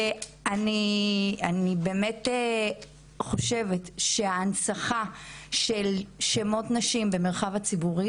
ואני באמת חושבת שההנצחה של שמות נשים במרחב הציבורי